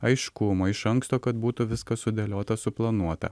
aiškumo iš anksto kad būtų viskas sudėliota suplanuota